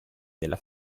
della